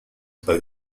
about